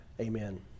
Amen